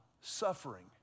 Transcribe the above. suffering